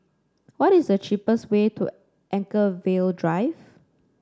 what is the cheapest way to Anchorvale Drive